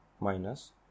minus